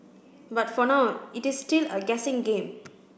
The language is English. but for now it is still a guessing game